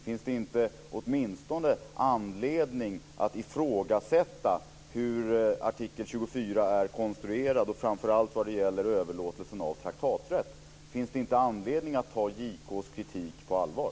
Finns det inte anledning att ifrågasätta hur artikel 24 är konstruerad, framför allt vad det gäller frågan om överlåtelse av traktaträtt? Finns det inte anledning att ta JK:s kritik på allvar?